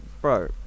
Bro